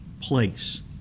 place